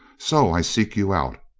so i seek you out.